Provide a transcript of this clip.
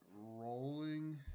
rolling